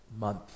month